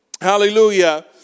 Hallelujah